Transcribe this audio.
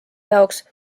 jaoks